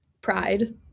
Pride